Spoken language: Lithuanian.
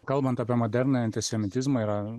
kalbant apie modernųjį antisemitizmą yra